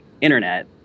Internet